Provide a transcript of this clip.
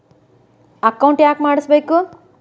Account ಯಾಕ್ ಮಾಡಿಸಬೇಕು?